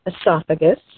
esophagus